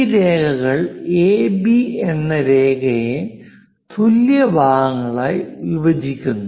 ഈ രേഖകൾ AB എന്ന രേഖയെ തുല്യ ഭാഗങ്ങളായി വിഭജിക്കുന്നു